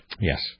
Yes